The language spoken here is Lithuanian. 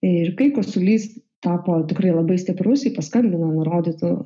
ir kai kosulys tapo tikrai labai stiprus ji paskambino nurodytu